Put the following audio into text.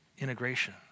integration